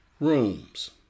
rooms